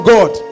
God